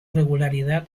regularidad